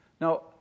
Now